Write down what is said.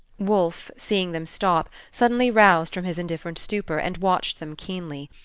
wolfe, seeing them stop, suddenly roused from his indifferent stupor, and watched them keenly.